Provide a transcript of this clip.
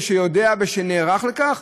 שיודע ושנערך לכך,